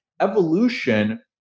Evolution